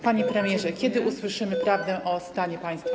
Panie premierze, kiedy usłyszymy prawdę o stanie państwa?